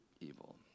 evil